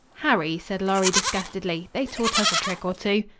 harry, said lorry disgustedly, they taught us a trick or two.